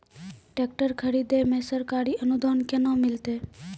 Tractor खरीदै मे सरकारी अनुदान केना मिलतै?